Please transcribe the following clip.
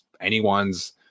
anyone's